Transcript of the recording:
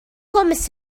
promised